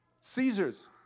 Caesar's